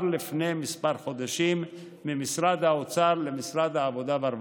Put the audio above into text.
לפני כמה חודשים ממשרד האוצר למשרד העבודה והרווחה.